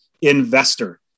investor